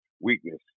weakness